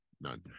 none